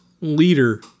leader